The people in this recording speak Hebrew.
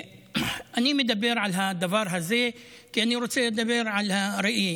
אני מדבר על הדבר הזה כי אני רוצה לדבר על הראי.